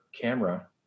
camera